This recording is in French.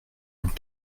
vingt